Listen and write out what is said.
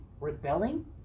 rebelling